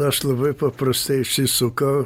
aš labai paprastai išsisukau